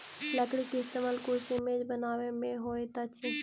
लकड़ी के इस्तेमाल कुर्सी मेज बनबै में होइत अछि